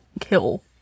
kill